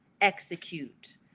execute